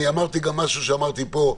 אמרתי גם משהו שאמרתי פה,